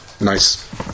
nice